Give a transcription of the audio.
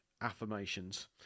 affirmations